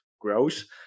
grows